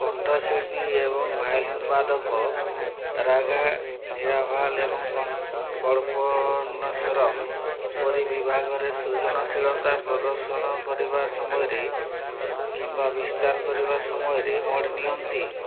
କଣ୍ଠଶିଳ୍ପୀ ଏବଂ ଭାୟୋଲିନ୍ ବାଦକ ରାଗା ନିରାଭାଲ ଏବଂ କ କଳ୍ପନାେଶ୍ୱରମ ପରି ବିଭାଗରେ ସୃଜନଶୀଳତା ପ୍ରଦର୍ଶନ କରିବା ସମୟରେ କିମ୍ବା ବିସ୍ତାର କରିବା ସମୟରେ ମୋଡ଼ ନିଅନ୍ତି